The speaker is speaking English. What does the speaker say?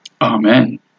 Amen